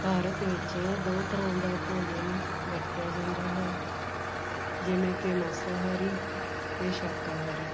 ਭਾਰਤ ਵਿੱਚ ਦੋ ਤਰ੍ਹਾਂ ਦਾ ਭੋਜਨ ਵਰਤਿਆ ਜਾਂਦਾ ਹੈ ਜਿਵੇਂ ਕਿ ਮਾਸਾਹਾਰੀ ਅਤੇ ਸ਼ਾਕਾਹਾਰੀ